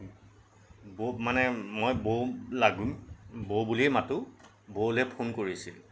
বৌক মানে মই বৌক লাগো বৌ বুলিয়ে মাতো বৌলৈ ফোন কৰিছিল